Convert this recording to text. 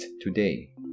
today